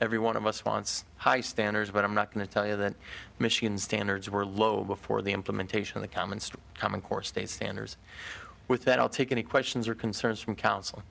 every one of us wants high standards but i'm not going to tell you that machine standards were low before the implementation the common still common core state standards with that i'll take any questions or concerns from coun